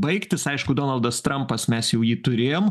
baigtis aišku donaldas trampas mes jau jį turėjom